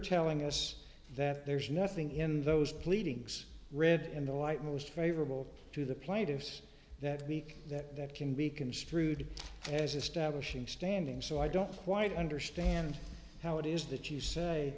telling us that there's nothing in those pleadings read in the light most favorable to the plaintiffs that week that can be construed as establishing standing so i don't quite understand how it is that you say